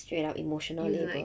shred our emotional later